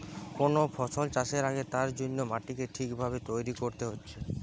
কোন ফসল চাষের আগে তার জন্যে মাটিকে ঠিক ভাবে তৈরী কোরতে হচ্ছে